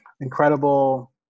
incredible